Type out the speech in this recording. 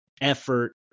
effort